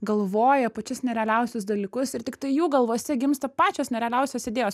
galvoja pačius nerealiausius dalykus ir tiktai jų galvose gimsta pačios nerealiausios idėjos